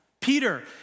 Peter